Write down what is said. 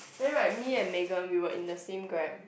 same right me and Megan we were in the same Grab